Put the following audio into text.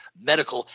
medical